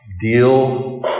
deal